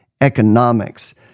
economics